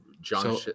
John